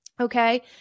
Okay